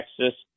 Texas